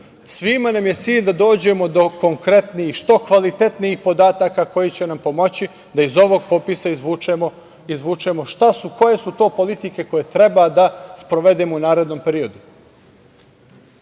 nam je cilj da dođemo do konkretnih, što kvalitetnijih podataka, koji će nam pomoći da iz ovog popisa izvučemo koje su to politike koje treba da sprovedemo u narednom periodu.U